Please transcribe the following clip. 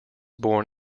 born